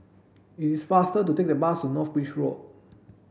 it is faster to take the bus to North Bridge Road